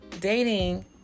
dating